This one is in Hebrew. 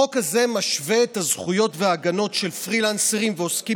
החוק הזה משווה את הזכויות וההגנות של פרילנסרים ועוסקים